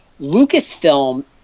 Lucasfilm